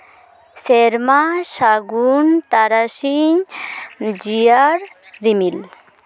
ᱥᱮᱨᱢᱟ ᱥᱟᱹᱜᱩᱱ ᱛᱟᱨᱟᱥᱤᱧ ᱡᱤᱭᱟᱹᱲ ᱨᱤᱢᱤᱞ